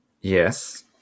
yes